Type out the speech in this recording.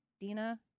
Dina